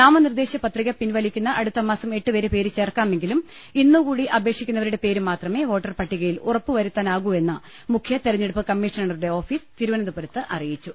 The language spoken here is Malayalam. നാമനിർദേശ പത്രിക പിൻവലിക്കുന്ന അടുത്തമാസം എട്ട് വരെ പേര് ചേർക്കാ മെങ്കിലും ഇന്ന് കൂടി അപേക്ഷിക്കുന്നവരുടെ പേര് മാത്രമേ വോട്ടർപട്ടികയിൽ ഉറപ്പു വരുത്താനാകൂവെന്ന് മുഖ്യതെരഞ്ഞെടുപ്പ് കമ്മീഷണറുടെ ഓഫീസ് തിരുവനന്തപുരത്ത് അറിയിച്ചു